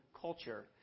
culture